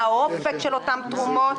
מה האופק של אותן תרומות.